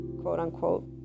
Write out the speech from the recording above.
quote-unquote